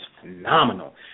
phenomenal